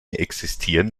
existieren